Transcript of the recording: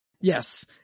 Yes